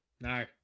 No